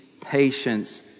patience